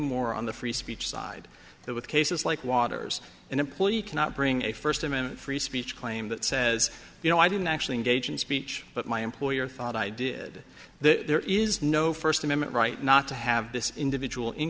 more on the free speech side that with cases like waters an employee cannot bring a first amendment free speech claim that says you know i didn't actually engage in speech but my employer thought i did there is no first amendment right not to have this individual